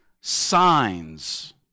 signs